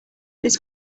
this